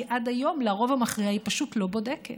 כי עד היום לרוב המכריע היא פשוט לא בודקת,